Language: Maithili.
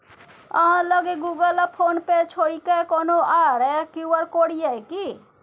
अहाँ लग गुगल आ फोन पे छोड़िकए कोनो आर क्यू.आर कोड यै कि?